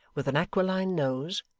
with an aquiline nose,